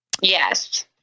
Yes